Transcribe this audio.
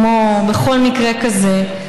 כמו בכל מקרה כזה,